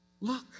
Look